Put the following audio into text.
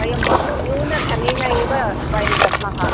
वयं बहु न्यूनधनेन एव वयं दद्मः